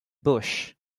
bush